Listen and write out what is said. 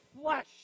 flesh